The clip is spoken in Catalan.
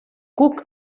cuc